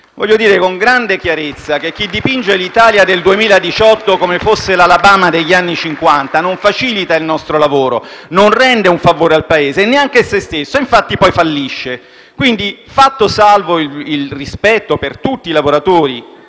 Voglio dire con grande chiarezza che chi dipinge l'Italia del 2018 come fosse l'Alabama degli anni Cinquanta non facilita il nostro lavoro, non rende un favore al Paese e neanche a se stesso. Infatti, poi fallisce. Quindi, fatto salvo il rispetto per tutti i lavoratori,